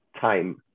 time